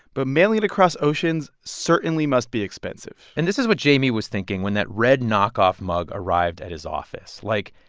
but mailing it across oceans certainly must be expensive and this is what jayme was thinking when that red knockoff mug arrived at his office. like,